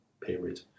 period